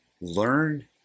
learn